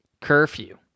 curfew